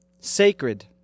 Sacred